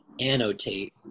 annotate